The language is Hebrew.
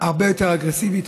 הרבה יותר אגרסיבית.